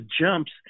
jumps